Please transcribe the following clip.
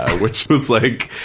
which was like,